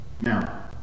Now